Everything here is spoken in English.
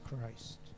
Christ